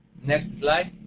next slide.